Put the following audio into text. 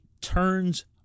turns